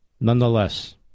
Nonetheless